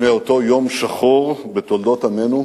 לפני אותו יום שחור בתולדות עמנו